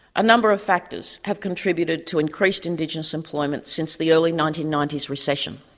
a number of factors have contributed to increased indigenous employment since the early nineteen ninety s recession.